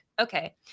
Okay